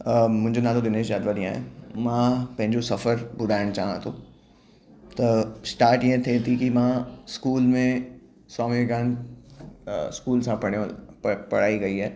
अ मुंहिंजो नालो दिनेश जाधवानी आहे मां पंहिंजो सफ़र ॿुधाइणु चाहियां थो त स्टार्ट ईअं थिए थी की मां स्कूल में स्वामी विवेकानंद स्कूल सां पढ़ियलु प प पढ़ाई कई आहे